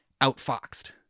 outfoxed